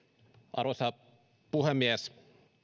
arvoisa puhemies